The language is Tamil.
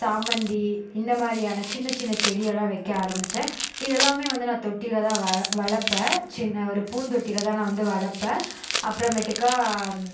சாமந்தி இந்த மாதிரியான சின்ன சின்ன செடியெல்லாம் வைக்க ஆரமிச்சேன் இது எல்லாமே வந்து நான் தொட்டியில வ வளர்ப்பேன் சின்ன ஒரு பூந்தொட்டியில தான் நான் வந்து வளர்ப்பேன் அப்புறமேட்டுக்கா